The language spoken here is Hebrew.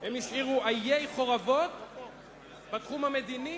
הם השאירו עיי חורבות בתחום המדיני.